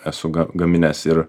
esu gaminęs ir